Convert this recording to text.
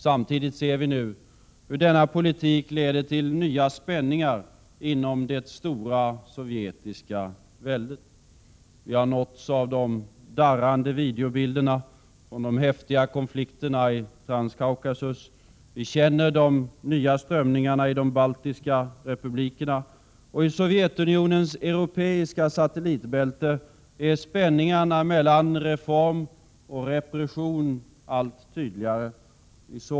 Samtidigt ser vi nu hur denna politik leder till nya spänningar inom det stora sovjetiska väldet. Vi har nåtts av de darrande videobilderna från de häftiga konflikterna i Transkaukasus. Vi känner de nya strömningarna i de baltiska republikerna. Sovjetunionens europeiska satellitbälte är spänningarna mellan reform och repression allt tydligare.